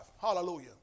hallelujah